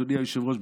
אדוני היושב-ראש,